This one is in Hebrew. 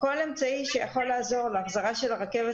כל אמצעי שיכול לעזור להחזרה של הרכבת